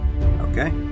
Okay